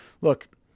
look